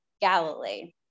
Galilee